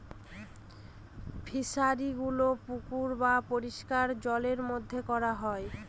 ফিশারিগুলো পুকুর বা পরিষ্কার জলের মধ্যে করা হয়